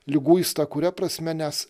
liguistą kuria prasme nes